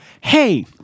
Hey